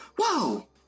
Whoa